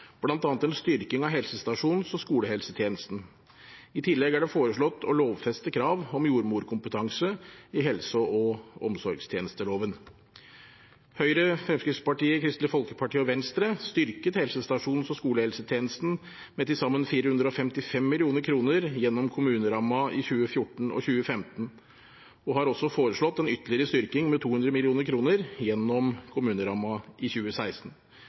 en styrking av helsestasjons- og skolehelsetjenesten. I tillegg er det foreslått å lovfeste krav om jordmorkompetanse i helse- og omsorgstjenesteloven. Høyre, Fremskrittspartiet, Kristelig Folkeparti og Venstre styrket helsestasjons- og skolehelsetjenesten med til sammen 455 mill. kr gjennom kommunerammen i 2014 og 2015 og har foreslått en ytterligere styrking med 200 mill. kr gjennom kommunerammen i 2016.